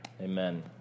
amen